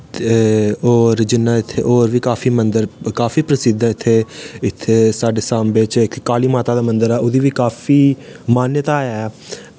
ते होर जियां इत्थे होर बी काफी मन्दर काफी प्रसिध्द ऐ इत्थे साढ़े सांबे च इक काली माता दा मन्दर ऐ ओह्दी बी काफी मान्यता ऐ